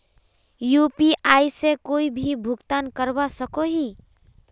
UPI से कोई भी भुगतान करवा सकोहो ही?